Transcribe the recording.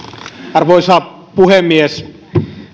arvoisa puhemies